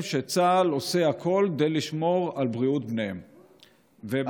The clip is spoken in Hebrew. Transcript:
שצה"ל עושה הכול כדי לשמור על בריאות בניהם ובנותיהם?